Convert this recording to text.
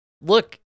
Look